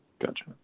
Gotcha